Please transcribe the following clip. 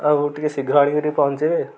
ଆଉ ଟିକେ ଶୀଘ୍ର ଆଣିକିରି ପହଞ୍ଚେଇବେ